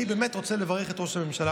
אני רוצה באמת לברך את ראש הממשלה,